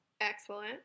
excellent